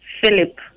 Philip